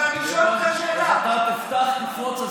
אבל אני שואל אותך שאלה, אז תפתח ותפרוץ.